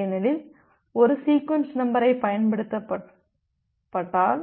ஏனெனில் ஒரு சீக்வென்ஸ் நம்பரை பயன்படுத்தப்பட்டால்